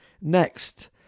Next